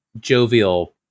jovial